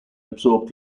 absorbed